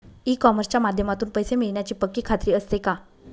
E कॉमर्सच्या माध्यमातून पैसे मिळण्याची पक्की खात्री असते का?